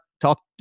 talk